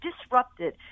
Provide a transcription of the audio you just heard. disrupted